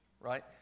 right